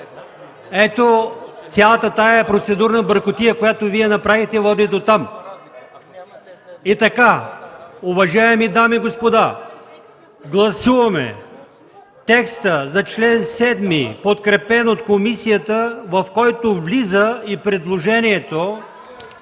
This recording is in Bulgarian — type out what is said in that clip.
Ето цялата тази процедурна бъркотия, която Вие направихте, води дотам! (Реплики.) И така, уважаеми дами и господа, гласуваме текста за чл. 7, подкрепен от комисията, в който влиза и предложението